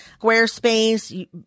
Squarespace